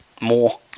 more